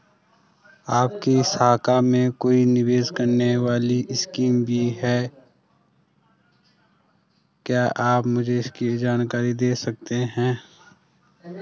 आपकी शाखा में कोई निवेश करने वाली स्कीम भी है क्या आप मुझे इसकी जानकारी दें सकते हैं?